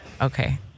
Okay